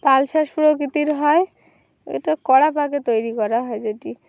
তালশাঁস প্রকৃতির হয় এটা কড়া পাকে তৈরি করা হয় যেটি